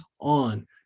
on